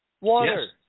Water